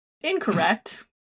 incorrect